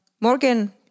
morgan